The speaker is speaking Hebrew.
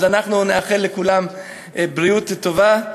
אז אנחנו נאחל לכולם בריאות טובה,